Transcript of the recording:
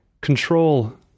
control